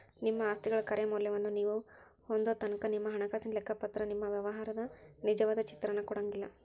ನಿಮ್ಮ ಆಸ್ತಿಗಳ ಖರೆ ಮೌಲ್ಯವನ್ನ ನೇವು ಹೊಂದೊತನಕಾ ನಿಮ್ಮ ಹಣಕಾಸಿನ ಲೆಕ್ಕಪತ್ರವ ನಿಮ್ಮ ವ್ಯವಹಾರದ ನಿಜವಾದ ಚಿತ್ರಾನ ಕೊಡಂಗಿಲ್ಲಾ